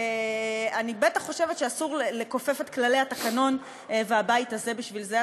ואני בטח חושבת שאסור לכופף את כללי התקנון והבית הזה בשביל זה.